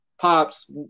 pops